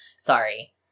Sorry